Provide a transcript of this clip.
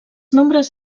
nombres